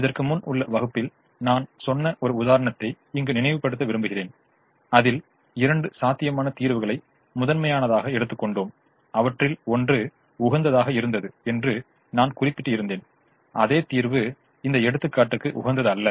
இதற்குமுன் உள்ள வகுப்பில் நான் சொன்ன ஒரு உதாரணத்தை இங்கு நினைவுபடுத்த விரும்புகிறேன் அதில் இரண்டு சாத்தியமான தீர்வுகளை முதன்மையானதாக எடுத்துக்கொண்டோம் அவற்றில் ஒன்று உகந்ததாக இருந்தது என்று நான் குறிப்பிட்டு இருந்தேன் அதே தீர்வு இந்த எடுத்துக்காட்டுக்கு உகந்ததல்ல